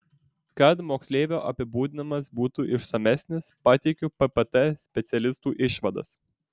kad moksleivio apibūdinimas būtų išsamesnis pateikiu ppt specialistų išvadas